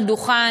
לדוכן,